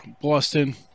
Boston